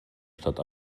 stadt